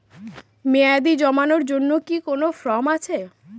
মেয়াদী জমানোর জন্য কি কোন ফর্ম আছে?